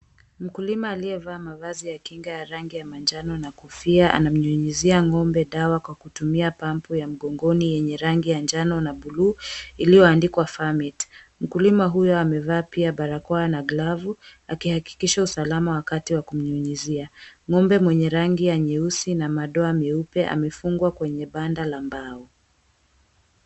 Mkulima aliyevaa mavazi ya kinga ya rangi ya manjano na kofia, anamnyunyizia ng'ombe dawa kwa kutumia pampu ya mgongoni yenye rangi ya njano na buluu, iliyoandikwa, Farmate. Mkulima huyo amevaa pia barakoa na glavu, akihakikisha usalama wakati wa kumnyunyizia. Ng'ombe mwenye rangi ya nyeusi na madoa meupe amefungwa kwenye banda la mbao.